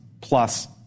plus